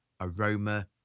aroma